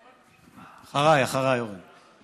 אחריי, אחריי, אורן.